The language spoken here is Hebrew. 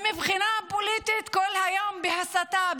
מבחינה פוליטית אנחנו כל היום בהסתה,